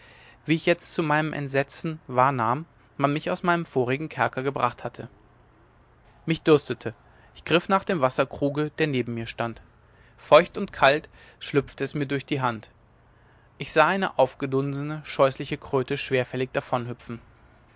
wie ich jetzt zu meinem entsetzer wahrnahm man mich aus meinem vorigen kerker gebracht hatte mich dürstete ich griff nach dem wasserkruge der neben mir stand feucht und kalt schlüpfte es mir durch die hand ich sah eine aufgedunsene scheußliche kröte schwerfällig